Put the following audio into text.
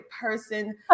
person